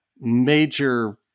major